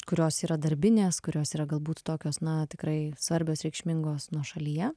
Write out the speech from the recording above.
kurios yra darbinės kurios yra galbūt tokios na tikrai svarbios reikšmingos nuošalyje